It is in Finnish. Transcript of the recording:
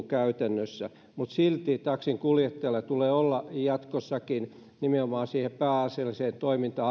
käytännössä mutta silti taksinkuljettajalla tulee olla jatkossakin nimenomaan sen pääasiallisen toiminta